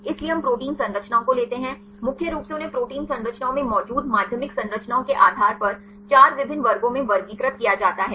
इसलिए हम प्रोटीन संरचनाओं को लेते हैं मुख्य रूप से उन्हें प्रोटीन संरचनाओं में मौजूद माध्यमिक संरचनाओं के आधार पर 4 विभिन्न वर्गों में वर्गीकृत किया जाता है